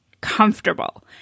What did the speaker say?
comfortable